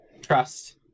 trust